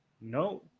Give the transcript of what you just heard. No